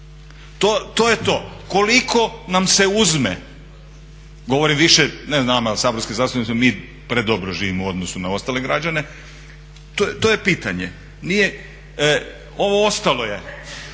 To je to. Koliko nam se uzme, govorim više ne nama saborskim zastupnicima, mi predobro živimo u odnosu na ostale građane. To je pitanje. Ovo ostalo je